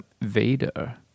Vader